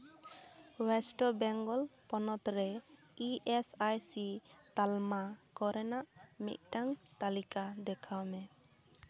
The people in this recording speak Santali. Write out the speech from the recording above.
ᱳᱭᱮᱥᱴ ᱵᱮᱝᱜᱚᱞ ᱯᱚᱱᱚᱛ ᱨᱮ ᱤ ᱮᱥ ᱟᱭ ᱥᱤ ᱛᱟᱞᱢᱟ ᱠᱚᱨᱮᱱᱟᱜ ᱢᱤᱫᱴᱟᱝ ᱛᱟᱹᱞᱤᱠᱟ ᱫᱮᱠᱷᱟᱣ ᱢᱮ